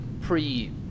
pre